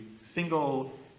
single